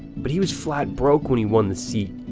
but he was flat broke when he won the seat.